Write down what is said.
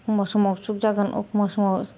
एखमब्ला समाव सुख जागोन एखमब्ला समाव